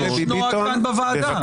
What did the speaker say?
יש נוהג כאן בוועדה.